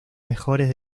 mejores